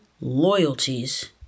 loyalties